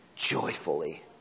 Joyfully